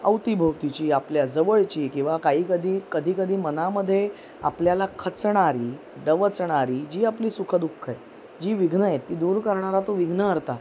औतीभवतीची आपल्या जवळची किंवा काही कधी कधी कधी मनामध्ये आपल्याला खचणारी डवचारी जी आपली सुखदुःखय जी विघनंय ती दूर करणारा तो विघनं अर्ता